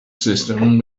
system